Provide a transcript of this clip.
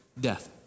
death